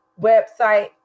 website